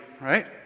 Right